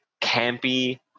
campy